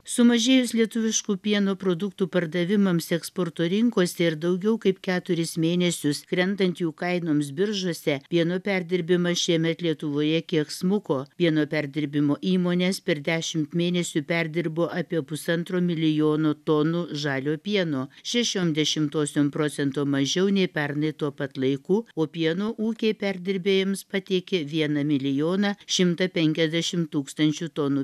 sumažėjus lietuviškų pieno produktų pardavimams eksporto rinkose ir daugiau kaip keturis mėnesius krentant jų kainoms biržose pieno perdirbimas šiemet lietuvoje kiek smuko pieno perdirbimo įmonės per dešimt mėnesių perdirbo apie pusantro milijono tonų žalio pieno šešiom dešimtosiom procento mažiau nei pernai tuo pat laiku o pieno ūkiai perdirbėjams pateikė vieną milijoną šimtą penkiasdešim tūkstančių tonų